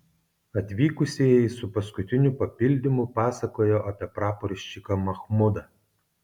atvykusieji su paskutiniu papildymu pasakojo apie praporščiką machmudą